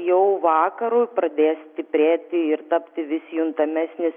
jau vakarui pradės stiprėti ir tapti vis juntamesnis